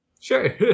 Sure